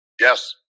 Yes